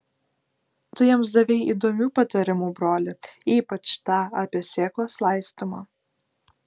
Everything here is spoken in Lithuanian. tu jiems davei įdomių patarimų broli ypač tą apie sėklos laistymą